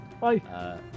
Bye